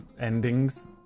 endings